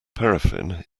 paraffin